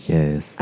Yes